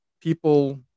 people